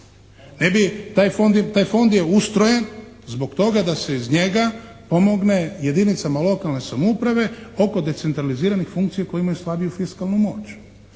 Ne bi, taj Fond je ustrojen zbog toga da se iz njega pomogne jedinicama lokalne samouprave oko decentraliziranih funkcija koje imaju slabiju fiskalnu moć.